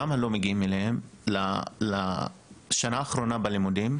למה לא פונים אליהם בשנה האחרונה ללימודים,